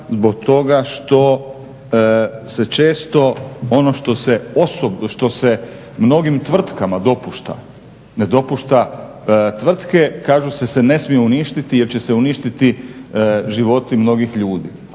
zbog toga što se često ono što se mnogim tvrtkama dopušta, ne dopušta, tvrtke kažu se se ne smiju uništiti jer će se uništiti životi mnogih ljudi.